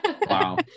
Wow